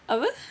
apa